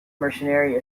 mercenary